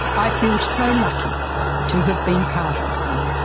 i feel so lucky to have been part of them.